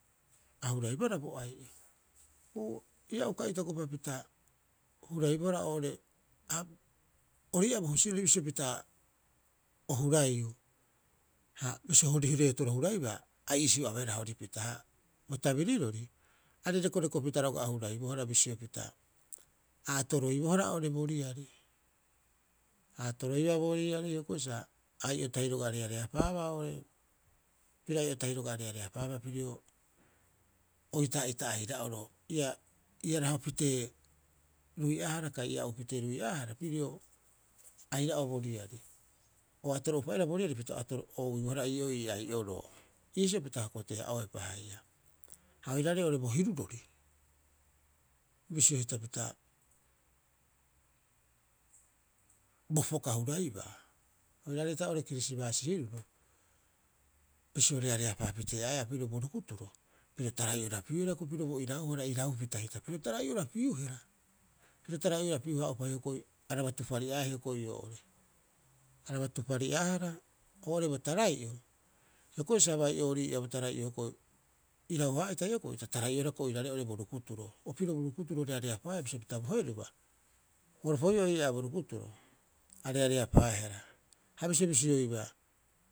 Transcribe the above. A huraibohara bo ai'o, uu, ia uka itokopapita huraibohara oo'ore ha ori ii'aa bo husirori bisio pita o haraiiu. Ha bisio hori reetoro huraibaa a iisio abeehara horipita. Ha bo tabiriroro arei rekorekopita roga'a o huraibohara bisio pita, a atoroibohara oo'ore bo riari, a atoroibohara bo riari hioko'i sa a ai'o tahi reareapaaba oo'ore, piro ai'o tahi reareapaaba pirio oitaa'iita aira'oro. Ia raho pitee rui'aahara kai ia ou pitee rui'aahara pirio aira'oo bo riari. O atoro'uropa bo riari pita oira ouibohara ii ai'oroo. Iisio pita hokotea'oepa haia. Ha oiraaarei oo'ore bo hirurori huraibaa bisio hita bo poka huraibaa, oiraarei hita oo'ore kirisimaasi hiruro, bisio reareapaa piteeaea pirio bo rukuturo piro tarai'orapiuihara pirio bo irauhara, iraupita hita, piro tarai'orapiuihara piro tarai'orapihaa'opa hioko'i, araba tupari'aea hioko'i oo'ore. Araba tupari'aahara oo'ore bo tarai'o, hioko'i sa bai'oori ii'aa hioko'i irau- haa'ita hioko'i ta tarai'oehara oiraarei oo'ore bo rukuturoo. Opirobu rukuturo reareapaaea bisio pita bo heruba, bo ropoi'oo ii'aa bo rukuturo a reareapaaehara. Ha bisio bisioiba.